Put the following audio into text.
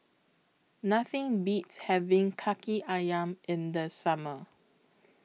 Nothing Beats having Kaki Ayam in The Summer